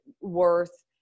worth